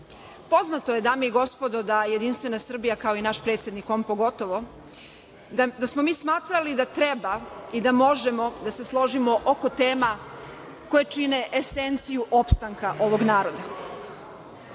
je, dame i gospodo, da JS kao i naš predsednik, on pogotovo, da smo mi smatrali da treba i da možemo da se složimo oko tema koje čine esenciju opstanka ovog naroda.